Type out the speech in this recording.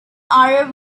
order